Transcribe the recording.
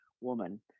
woman